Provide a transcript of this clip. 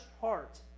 heart